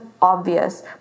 obvious